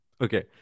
Okay